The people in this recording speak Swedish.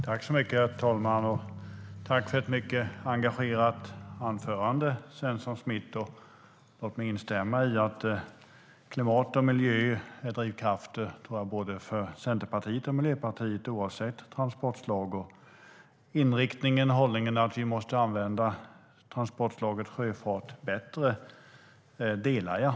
Herr talman! Jag tackar Svensson Smith för ett mycket engagerat anförande. Låt mig instämma i att klimat och miljö är drivkrafter för både Centerpartiet och Miljöpartiet, oavsett transportslag. Hållningen att vi måste använda transportslaget sjöfart bättre delar jag.